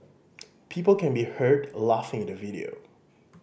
people can be heard a laughing in the video